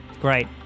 Great